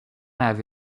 have